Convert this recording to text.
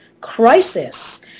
crisis